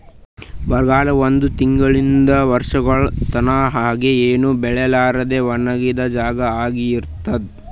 ಬರಗಾಲ ಒಂದ್ ತಿಂಗುಳಲಿಂತ್ ವರ್ಷಗೊಳ್ ತನಾ ಹಂಗೆ ಏನು ಬೆಳಿಲಾರದಂಗ್ ಒಣಗಿದ್ ಜಾಗಾ ಆಗಿ ಇರ್ತುದ್